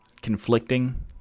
conflicting